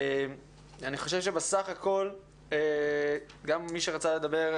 אני חושב שבסך הכול מי שרצה לדבר,